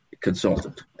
consultant